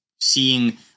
seeing